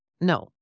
No